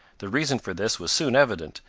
the reason for this was soon evident,